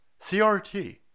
CRT